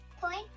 point